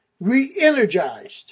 Re-energized